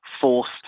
forced